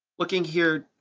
looking here,